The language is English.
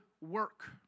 work